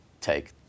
take